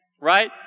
right